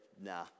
nah